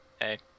Hey